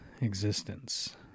existence